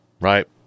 right